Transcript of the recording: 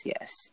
yes